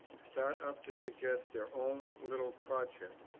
start up to suggest their own little crotchet,